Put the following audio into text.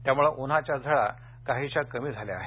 त्यामळे उन्हाच्या झळा काहीशा कमी झाल्या आहेत